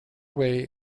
way